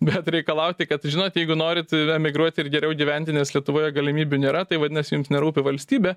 bet reikalauti kad žinot jeigu norit emigruoti ir geriau gyventi nes lietuvoje galimybių nėra tai vadinasi jums nerūpi valstybė